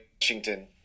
Washington